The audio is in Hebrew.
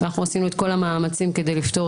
אנחנו עשינו את כל המאמצים כדי לפתור